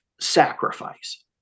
sacrifice